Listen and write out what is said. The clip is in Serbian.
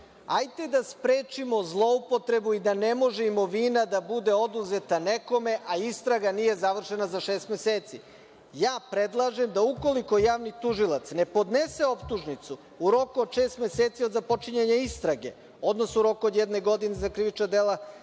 hajde da sprečimo zloupotrebu da ne može imovina da bude oduzeta nekome, a istraga nije završena za šest meseci. Ja predlažem da ukoliko javni tužilac ne podnese optužnicu u roku od šest meseci od započinjanja istrage, odnosno u roku od jedne godine za krivična dela